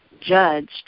judged